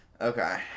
okay